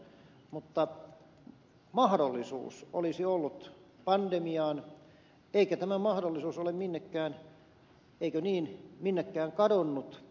mutta mahdollisuus olisi ollut pandemiaan eikä tämä mahdollisuus ole minnekään eikö niin kadonnut